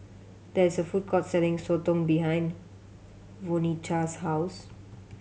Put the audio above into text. there is a food court selling sotong behind Vonetta's house